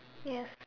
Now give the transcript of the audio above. yes